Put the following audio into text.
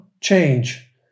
change